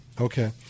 Okay